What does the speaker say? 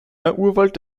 urwald